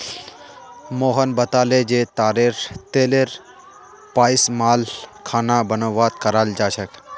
मोहन बताले जे तारेर तेलेर पइस्तमाल खाना बनव्वात कराल जा छेक